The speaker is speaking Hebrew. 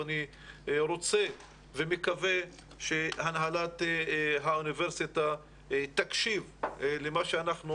ואני רוצה ומקווה שהנהלת האוניברסיטה תקשיב למה שאנחנו